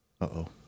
Uh-oh